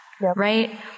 right